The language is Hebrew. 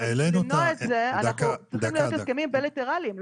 אבל כדי למנוע את זה צריך הסכמים בילטרליים,